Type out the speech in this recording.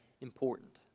important